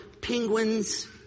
penguins